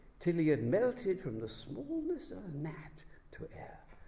till he had melted from the smallness of a gnat to air,